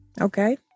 Okay